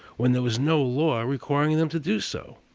when there was no law requiring them to do so?